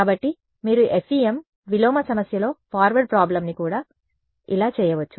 కాబట్టి మీరు FEM విలోమ సమస్యలో ఫార్వార్డ్ ప్రాబ్లమ్ని ఇలా చేయవచ్చు